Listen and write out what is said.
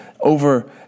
Over